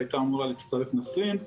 והייתה אמורה להצטרף נסרין.